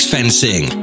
Fencing